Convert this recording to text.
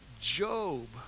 Job